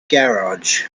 garage